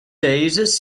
days